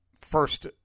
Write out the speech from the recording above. first